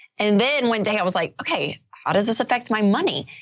and then one day i was like, okay, how does this affect my money?